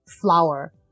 flour